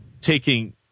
taking